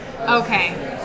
Okay